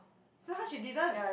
Si-Han she didn't